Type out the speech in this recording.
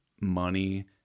money